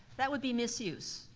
that would be misuse.